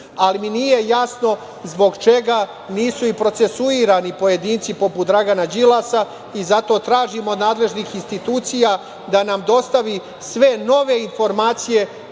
ali mi nije jasno zbog čega nisu i procesuirani pojedinci poput Dragana Đilasa i zato tražim od nadležnih institucija da nam dostave sve nove informacije